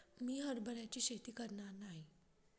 मी हरभऱ्याची शेती करणार नाही